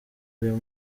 arimo